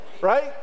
right